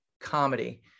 comedy